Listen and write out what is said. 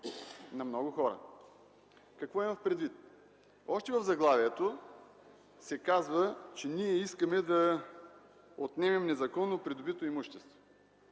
на много хора. Какво имам предвид? Още в заглавието се казва, че ние искаме да отнемем незаконно придобито имущество.